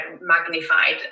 magnified